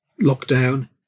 lockdown